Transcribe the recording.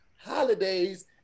holidays